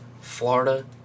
Florida